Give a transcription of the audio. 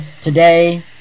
today